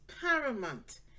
paramount